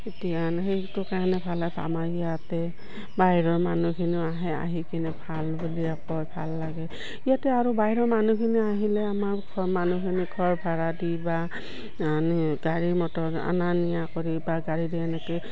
এতিয়া সেইটো কাৰণে ভাল আমাৰ ইয়াতে বাহিৰৰ মানুহখিনিও আহে আহি কিনে ভাল বুলি আকৌ ভাল লাগে ইয়াতে আৰু বাহিৰৰ মানুহখিনি আহিলে আমাৰ ঘৰ মানুহখিনি ঘৰ ভাড়া দি বা গাড়ী মটৰ আনা নিয়া কৰি বা গাড়ী দি এনেকৈ